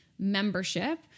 membership